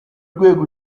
rwego